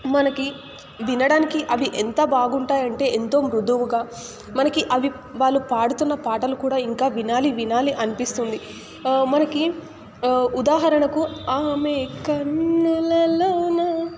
మనకి ఇది వినడానికి అవి ఎంత బాగుంటాయంటే ఎంతో మృదువుగా మనకి అవి వాళ్ళు పాడుతున్న పాటలు కూడా ఇంకా వినాలి వినాలి అనిపిస్తుంది మనకి ఉదాహరణకు ఆమె కన్నులలోన